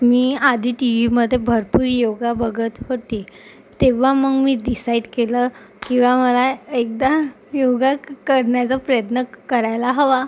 मी आधी टी ईमध्ये भरपूर योगा बघत होती तेव्हा मग मी डिसाईट केलं की वा मला एकदा योगा क् करण्याचा प्रयत्न क् करायला हवा